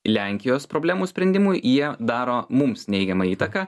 lenkijos problemų sprendimui jie daro mums neigiamą įtaką